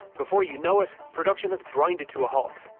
before you know it production has grinder to a halt.